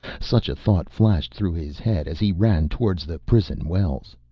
such a thought flashed through his head as he ran towards the prison wells.